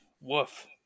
Woof